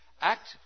Act